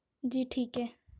جی ٹھیک ہے